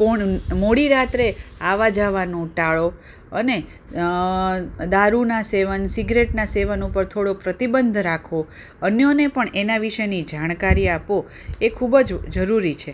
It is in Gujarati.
પણ મોડી રાત્રે આવવા જવાનું ટાળો અને દારૂનાં સેવન સિગરેટનાં સેવનો પર થોડોક પ્રતિબંધ રાખો અન્યોને પણ એના વિષેની જાણકારી આપો એ ખૂબ જ જરૂરી છે